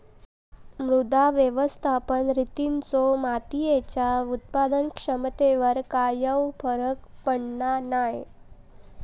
मृदा व्यवस्थापन रितींचो मातीयेच्या उत्पादन क्षमतेवर कायव फरक पडना नाय